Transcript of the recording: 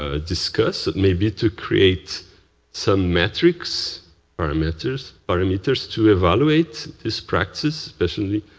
ah discuss, maybe, to create some metrics parameters parameters to evaluate this practice, especially,